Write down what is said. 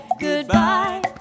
Goodbye